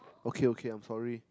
okay okay I'm sorry